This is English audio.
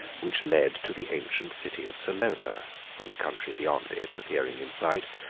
which led to the ancient city of salona and the country beyond it, appearing in sight,